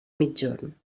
migjorn